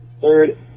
Third